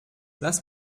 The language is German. lass